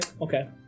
Okay